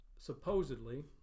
supposedly